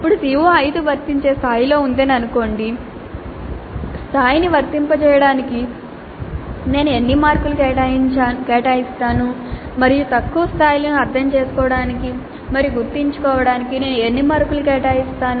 ఇప్పుడు CO5 వర్తించే స్థాయిలో ఉందని అనుకోండి స్థాయిని వర్తింపజేయడానికి నేను ఎన్ని మార్కులు కేటాయిస్తాను మరియు తక్కువ స్థాయిలను అర్థం చేసుకోవడానికి మరియు గుర్తుంచుకోవడానికి నేను ఎన్ని మార్కులు కేటాయిస్తాను